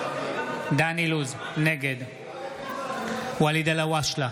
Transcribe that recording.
נגד ואליד אלהואשלה,